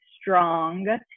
strong